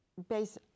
Based